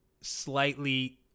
slightly